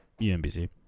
UMBC